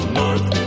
north